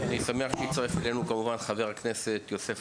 אני שמחה שהצטרף אלינו חבר הכנסת יוסף